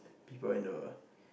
before and a